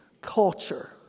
culture